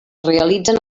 realitzen